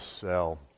sell